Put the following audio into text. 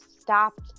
stopped